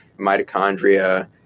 mitochondria